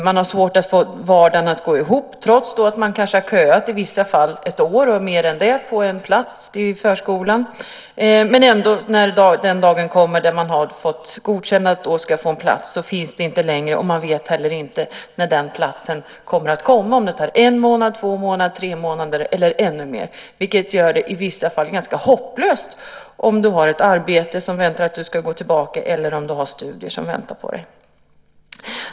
De har svårt att få vardagen att gå ihop trots att de i vissa fall har köat ett år eller mer än det för att få en plats i förskolan. När den dagen kommer då de har fått ett godkännande och ska få en plats finns den inte längre. De vet heller inte när platsen kommer att finnas, om det tar en månad, två månader, tre månader eller ännu mer. Det gör det i vissa fall ganska hopplöst om du har ett arbete där man väntar att du ska komma tillbaka eller om du har studier som väntar på dig.